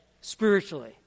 spiritually